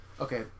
okay